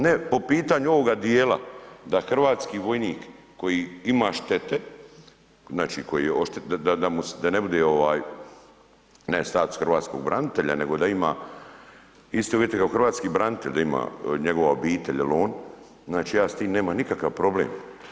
Ne po pitanju ovoga dijela da hrvatski vojnik koji ima štete, znači koji je, da ne bude ne status hrvatskog branitelja nego da ima iste uvjete kao hrvatski branitelj, da ima njegova obitelj ili on, znači ja s time nemam nikakav problem.